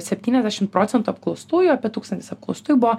septyniasdešimt procentų apklaustųjų apie tūkstantis apklaustųjų buvo